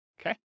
okay